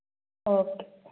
okay